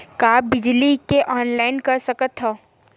का बिजली के ऑनलाइन कर सकत हव?